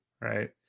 right